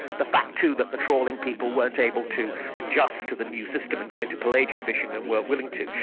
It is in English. the fact too that the trawling people weren't able to adjust to the new system and go into pelagic fishing and weren't willing too.